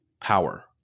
power